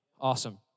Awesome